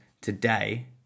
today